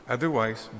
Otherwise